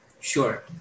Sure